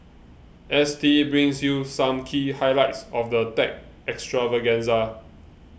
S T brings you some key highlights of the tech extravaganza